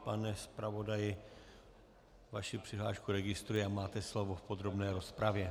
Pane zpravodaji, vaši přihlášku registruji a máte slovo v podrobné rozpravě.